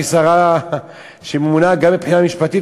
שהיא שרה שממונה גם מבחינה משפטית,